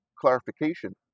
clarification